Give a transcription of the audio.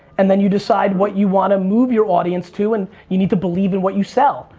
and then you decide what you want to move your audience to and you need to believe in what you sell,